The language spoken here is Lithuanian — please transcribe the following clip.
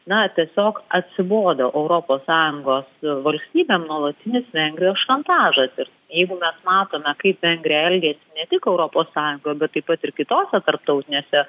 na tiesiog atsibodo europos sąjungos valstybėm nuolatinis vengrijos šantažas ir jeigu mes matome kaip vengrija elgiasi ne tik su europos sąjunga bet taip pat ir kitose tarptautinėse